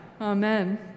Amen